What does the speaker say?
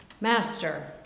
Master